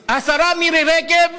היום השרה מירי רגב